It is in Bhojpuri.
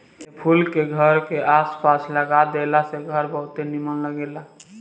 ए फूल के घर के आस पास लगा देला से घर बहुते निमन लागेला